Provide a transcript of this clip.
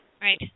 Right